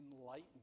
enlightened